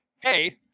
hey